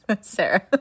Sarah